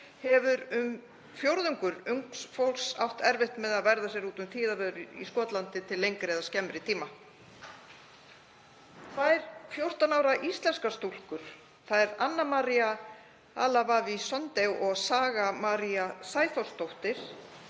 hafi um fjórðungur ungs fólks átt erfitt með að verða sér úti um tíðavörur í Skotlandi til lengri eða skemmri tíma. Tvær 14 ára íslenskar stúlkur, þær Anna María Allawawi Sonde og Saga María Sæþórsdóttir,